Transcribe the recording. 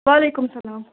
وعلیکُم السلام